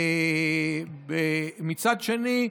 מצד שני,